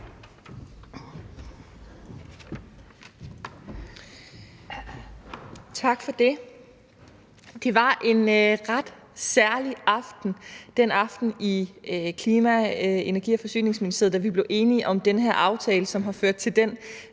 Tak for det. Det var en ret særlig aften, den aften i Klima-, Energi- og Forsyningsministeriet, da vi blev enige om den her aftale, som har ført til den